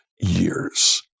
years